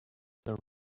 the